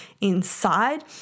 inside